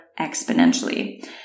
exponentially